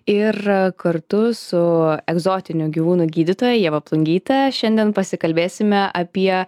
ir kartu su egzotinių gyvūnų gydytoja ieva plungyte šiandien pasikalbėsime apie